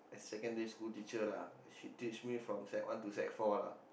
secondary school teacher lah she teach me from sec one to sec four lah